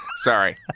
Sorry